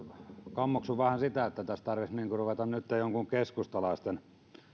kammoksun sitä että tässä tarvitsisi ruveta nytten joidenkin keskustalaisten